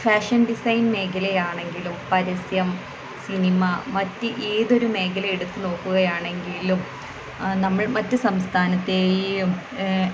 fashion design മേഖലയാണെങ്കിലും പരസ്യം സിനിമ മറ്റ് ഏതൊരു മേഖല എടുത്ത് നോക്കുകയാണെങ്കിലും നമ്മൾ മറ്റു സംസ്ഥാനത്തേയും